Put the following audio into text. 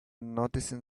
noticing